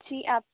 जी आप